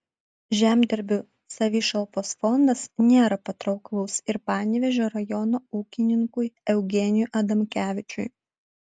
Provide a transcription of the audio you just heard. žemdirbių savišalpos fondas nėra patrauklus ir panevėžio rajono ūkininkui eugenijui adamkevičiui